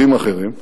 מדים אחרים,